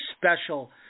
special